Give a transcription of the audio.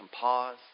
pause